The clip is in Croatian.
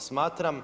Smatram